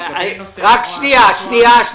רק שניה.